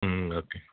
മ്മ് okay